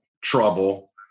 trouble